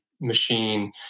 machine